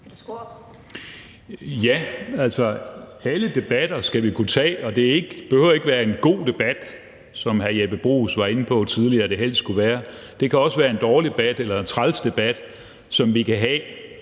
Ja, alle debatter skal vi kunne tage, og det behøver ikke være en god debat, som hr. Jeppe Bruus var inde på tidligere det helst skulle være. Det kan også være en dårlig debat eller en træls debat, som vi kan have